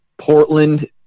Portland